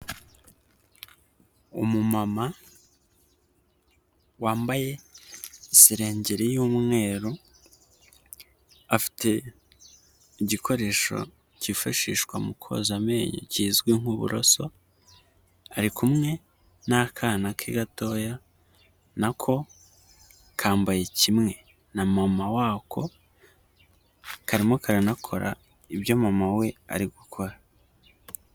Umumama wambaye iserengeri y'umweru afite igikoresho cyifashishwa mu koza amenyo kizwi nk'uburoso ari kumwe n'akana ke gatoya nako kambaye kimwe na mama wako karimo karanakora ibyo mama we ari gukora.